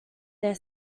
their